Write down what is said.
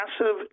massive